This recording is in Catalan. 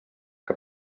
que